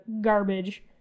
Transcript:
garbage